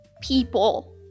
people